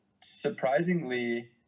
Surprisingly